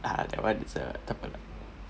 aha that one is uh takpe lah